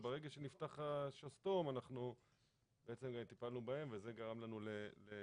וברגע שנפתח השסתום טיפלנו בהן וזה גרם לנו לעומס.